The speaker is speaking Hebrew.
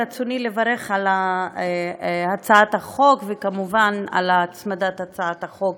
ברצוני לברך על הצעת החוק וכמובן על הצמדת הצעת החוק